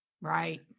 Right